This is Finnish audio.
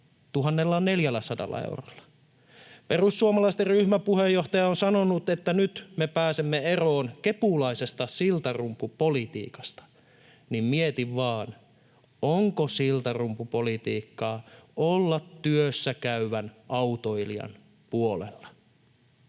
on laskemassa 1 400 eurolla. Kun perussuomalaisten ryhmäpuheenjohtaja on sanonut, että nyt me pääsemme eroon kepulaisesta siltarumpupolitiikasta, niin mietin vain, onko siltarumpupolitiikkaa olla työssä käyvän autoilijan puolella.